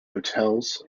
hotels